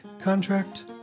contract